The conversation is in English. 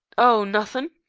oh, nothin',